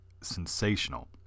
sensational